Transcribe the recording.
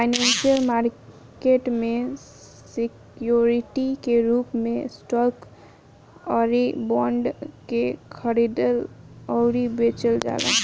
financial market में security के रूप में स्टॉक अउरी बॉन्ड के खरीदल अउरी बेचल जाला